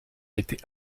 été